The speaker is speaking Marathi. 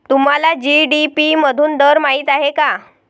तुम्हाला जी.डी.पी मधून दर माहित आहे का?